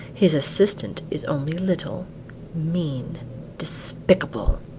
his assistant is only little mean despicable!